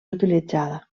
utilitzada